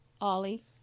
Ollie